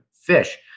fish